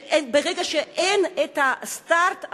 ברגע שאין הסטארט,